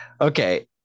Okay